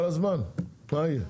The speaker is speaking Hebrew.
מה יהיה?